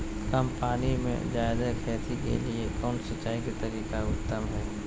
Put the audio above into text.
कम पानी में जयादे खेती के लिए कौन सिंचाई के तरीका उत्तम है?